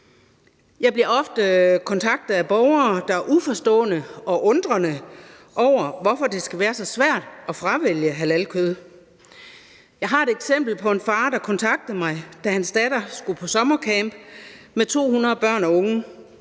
Jeg bliver ofte kontaktet af borgere, der er uforstående og undrende over for, hvorfor det skal være så svært at fravælge halalkød. Jeg har et eksempel med en far, der kontaktede mig, da hans datter skulle på sommercamp med 200 børn og unge.